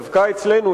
דווקא אצלנו,